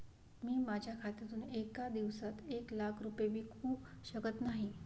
मी माझ्या खात्यातून एका दिवसात एक लाख रुपये विकू शकत नाही